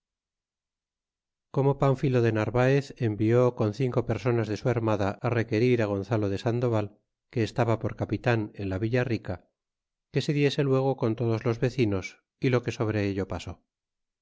como pmphilo de narvaez envió con cinco personas de su armada requerir gonzalo de sandoval que estaba por capitan en la villa rica que se diese luego con todos los vecinos y lo que sobre ello pasó